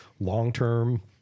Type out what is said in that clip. Long-term